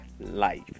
life